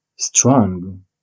strong